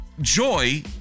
joy